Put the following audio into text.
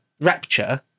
rapture